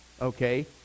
okay